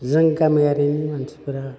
जों गामियारिनि मानसिफ्रा